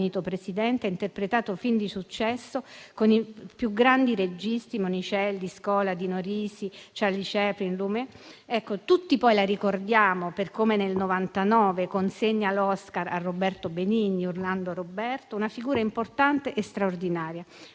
ed ha interpretato film di successo con i più grandi registi: Monicelli, Scola, Dino Risi, Charlie Chaplin, Lumet. Tutti poi la ricordiamo per come nel 1999 consegna l'Oscar a Roberto Benigni, urlando «Roberto!». Una figura importante e straordinaria,